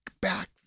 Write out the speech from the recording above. back